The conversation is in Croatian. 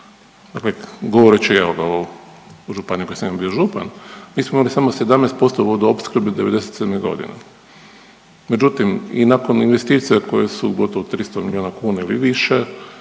Dakle, govoreći evo ga o županiji u kojoj sam ja bio župan mi smo imali samo 17% vodoopskrbe '97. godine. Međutim i nakon investicija koje su gotovo 300 miliona kuna ili više,